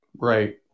Right